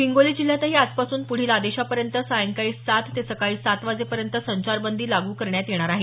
हिंगोली जिल्ह्यातही आजपासून पुढील आदेशापर्यंत सायंकाळी सात ते सकाळी सात वाजेपर्यंत संचारबंदी लागू करण्यात येणार आहे